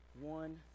One